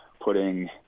putting